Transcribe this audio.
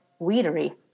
weedery